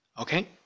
Okay